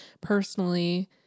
personally